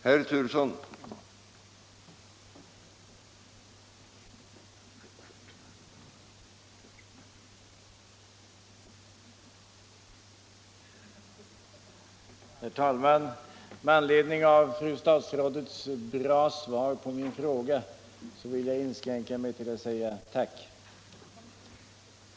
Herr talman! Med anledning av att fru statsrådets svar på min fråga var bra vill jag inskränka mig till att säga: Tack!